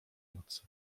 nocy